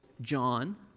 John